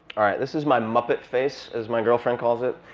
this is my muppet face, as my girlfriend calls it.